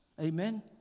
Amen